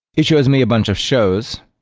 it shows me a bunch of shows,